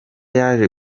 yaje